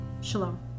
Shalom